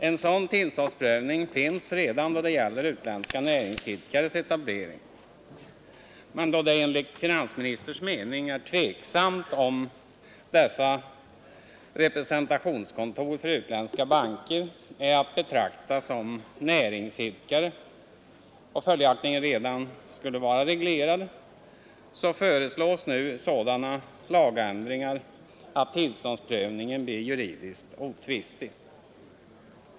En sådan tillståndsprövning finns redan när det gäller utländska näringsidkares etablering, men då det enligt finansministerns mening är tveksamt om dessa representationskontor för utländska banker är att betrakta som näringsidkare — och följaktligen redan skulle vara reglerade — föreslås nu sådana lagändringar att tillståndsprövningen blir juridiskt otvistig.